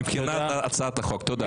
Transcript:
תודה רבה.